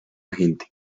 gente